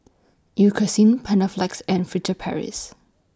Eucerin Panaflex and Furtere Paris